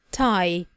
tie